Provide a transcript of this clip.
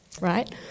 right